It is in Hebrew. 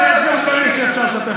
אגדות,